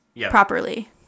properly